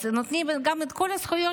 נתנו גם כל הזכויות